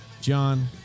John